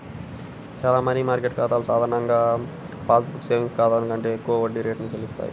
చాలా money market ఖాతాలు సాధారణ పాస్ బుక్ సేవింగ్స్ ఖాతాల కంటే ఎక్కువ వడ్డీ రేటును చెల్లిస్తాయి